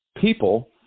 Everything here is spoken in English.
people